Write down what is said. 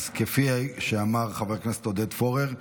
אז כפי שאמר חבר הכנסת עודד פורר,